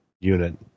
unit